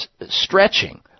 stretching